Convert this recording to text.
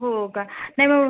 हो का नाही मग